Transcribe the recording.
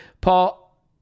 Paul